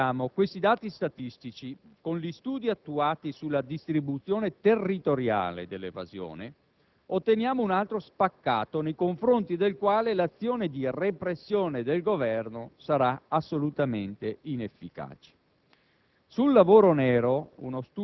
Se poi integriamo questi dati statistici con gli studi attuati sulla distribuzione territoriale dell'evasione, otteniamo un altro spaccato nei confronti del quale l'azione di repressione del Governo sarà assolutamente inefficace.